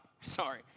Sorry